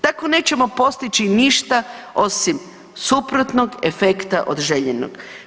Tako nećemo postići ništa osim suprotnog efekt od željenog.